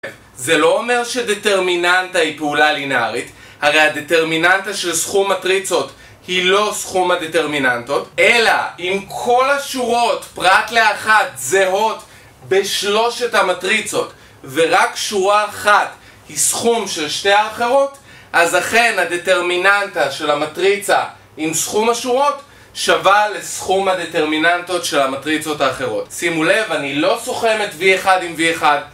זה לא אומר שדטרמיננטה היא פעולה לינארית, הרי הדטרמיננטה של סכום מטריצות היא לא סכום הדטרמיננטות אלא אם כל השורות פרט לאחד זהות בשלושת המטריצות ורק שורה אחת היא סכום של שתי האחרות אז אכן הדטרמיננטה של המטריצה עם סכום השורות שווה לסכום הדטרמיננטות של המטריצות האחרות שימו לב אני לא סוכמת v1 עם v1